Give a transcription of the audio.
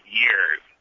years